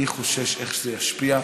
אני חושש מאיך שזה ישפיע.